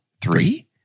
three